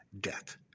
death